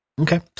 Okay